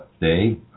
day